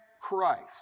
Christ